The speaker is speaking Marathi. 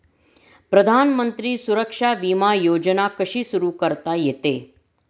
प्रधानमंत्री सुरक्षा विमा योजना कशी सुरू करता येते?